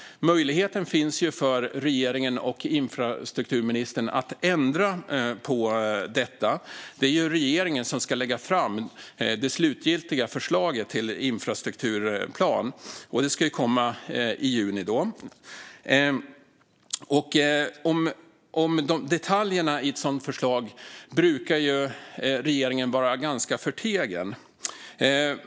Möjligheten finns som sagt för regeringen och infrastrukturministern att ändra på detta. Det är ju regeringen som ska lägga fram det slutgiltiga förslaget till infrastrukturplan. Det ska komma i juni. Om detaljerna i ett sådant förslag brukar regeringen vara ganska förtegen.